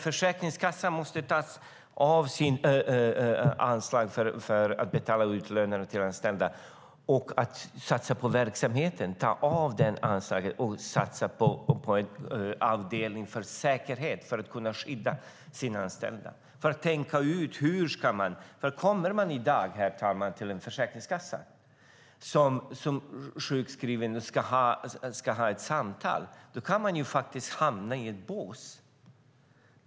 Försäkringskassan måste ta av sitt anslag för att satsa på verksamheten för att i stället betala ut lönerna till anställda och satsa på avdelningen för säkerhet för att kunna skydda sina anställda. De måste tänka ut hur de ska göra. Om man kommer som sjukskriven till en försäkringskassa i dag, herr talman, och ska ha ett samtal kan man hamna i ett bås.